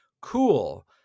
cool